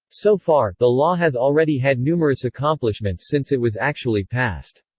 so far, the law has already had numerous accomplishments since it was actually passed.